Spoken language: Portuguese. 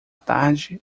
tarde